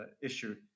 issue